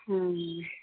ಹ್ಞೂ